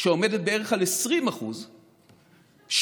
שעומדת על 20% בערך,